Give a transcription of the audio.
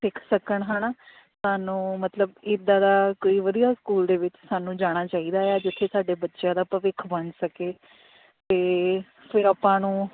ਸਿੱਖ ਸਕਣ ਹੈ ਨਾ ਸਾਨੂੰ ਮਤਲਬ ਇੱਦਾਂ ਦਾ ਕੋਈ ਵਧੀਆ ਸਕੂਲ ਦੇ ਵਿੱਚ ਸਾਨੂੰ ਜਾਣਾ ਚਾਹੀਦਾ ਆ ਜਿੱਥੇ ਸਾਡੇ ਬੱਚਿਆਂ ਦਾ ਭਵਿੱਖ ਬਣ ਸਕੇ ਅਤੇ ਫਿਰ ਆਪਾਂ ਨੂੰ